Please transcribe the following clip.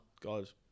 Guys